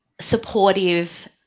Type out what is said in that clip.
supportive